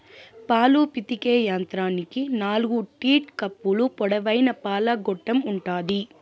పాలు పితికే యంత్రానికి నాలుకు టీట్ కప్పులు, పొడవైన పాల గొట్టం ఉంటాది